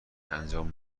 انجام